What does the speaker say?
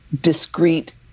discrete